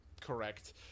correct